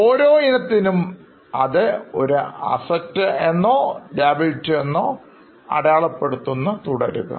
ഓരോ ഇനത്തിനും അത് ഒരു Assets എന്നോ Liabilites എന്നോ അടയാളപ്പെടുത്തുന്നത് തുടരുക